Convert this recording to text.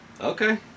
okay